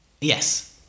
Yes